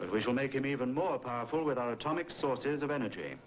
but will make it even more powerful without atomic sources of energy